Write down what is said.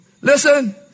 Listen